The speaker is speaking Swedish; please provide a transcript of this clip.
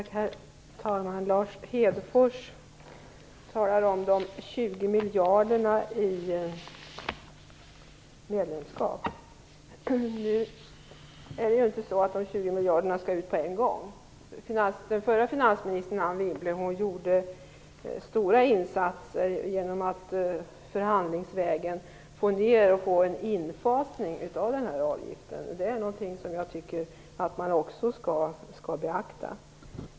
Herr talman! Lars Hedfors talar om de 20 miljarder som medlemskapet kostar. Nu är det inte så att de 20 miljarderna skall ut på en gång. Den förra finansministern Anne Wibble gjorde stora insatser genom att förhandlingsvägen få ned avgiften och få till stånd en infasning. Det tycker jag också att man skall beakta.